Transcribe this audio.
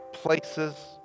places